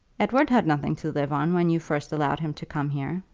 edward had nothing to live on, when you first allowed him to come here,